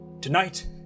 tonight